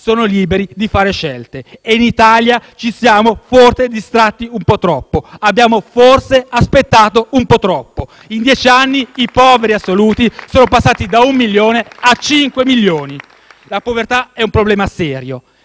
sono liberi di fare scelte e in Italia ci siamo forse distratti un po' troppo, abbiamo forse aspettato un po' troppo. *(Applausi dal Gruppo M5S)*. In dieci anni i poveri assoluti sono passati da un milione a 5 milioni. La povertà è un problema serio.